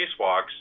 spacewalks